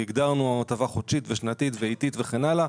כי הגדרנו הטבה חודשית ושנתית ועיתית וכן הלאה,